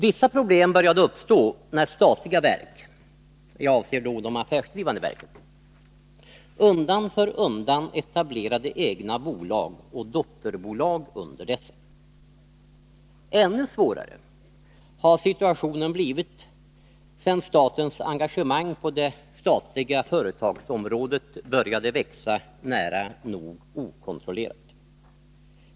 Vissa problem började uppstå när statliga verk — jag avser då de 57 affärsdrivande verken — undan för undan etablerade egna bolag och dotterbolag under dessa. Ännu svårare har situationen blivit sedan statens engagemang på det egentliga företagsområdet började växa nära nog okontrollerat.